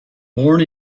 born